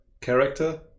character